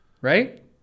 Right